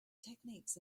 techniques